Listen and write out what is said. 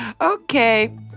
Okay